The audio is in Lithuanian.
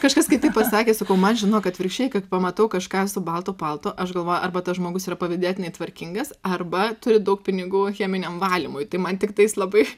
kažkas kai tai pasakė sakau man žinok atvirkščiai kad pamatau kažką su baltu paltu aš galvoju arba tas žmogus yra pavydėtinai tvarkingas arba turi daug pinigų cheminiam valymui tai man tiktais labai